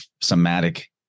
somatic